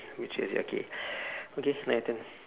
which is okay okay now your turn